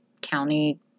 county